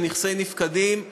בנכסי נפקדים,